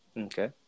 Okay